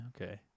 Okay